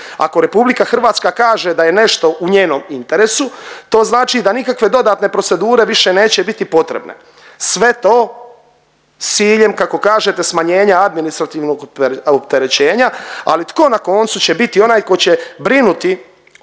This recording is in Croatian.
Ako RH kaže da je nešto u njenom interesu, to znači da nikakve dodatne procedure više neće biti potrebne. Sve to s ciljem, kako kažete, smanjenja administrativnog opterećenja, ali tko na koncu će biti onaj tko će brinuti o